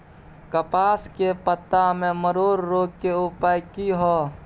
कपास के पत्ता में मरोड़ रोग के उपाय की हय?